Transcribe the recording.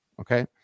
Okay